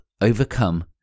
overcome